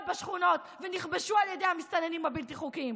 בשכונות שנכבשו על ידי המסתננים הבלתי-חוקיים.